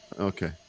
Okay